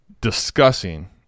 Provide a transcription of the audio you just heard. discussing